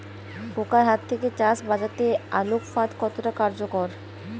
পোকার হাত থেকে চাষ বাচাতে আলোক ফাঁদ কতটা কার্যকর?